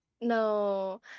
No